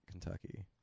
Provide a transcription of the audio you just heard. kentucky